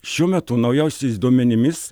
šiuo metu naujausiais duomenimis